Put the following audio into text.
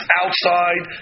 outside